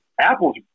Apple's